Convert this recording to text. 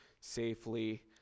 safely